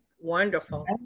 Wonderful